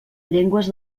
llengües